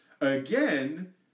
again